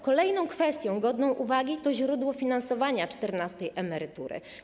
Kolejną kwestią godną uwagi jest źródło finansowania czternastej emerytury.